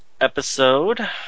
episode